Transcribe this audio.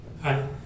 Hi